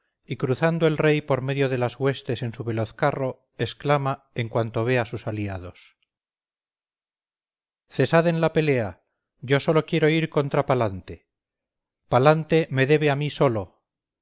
y cruzando el rey por medio de las huestes en su veloz carro exclama en cuanto ve a sus aliados cesad en la pelea yo solo quiero ir contra palante palante se me debe a mí solo